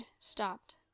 stopped